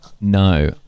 no